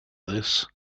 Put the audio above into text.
this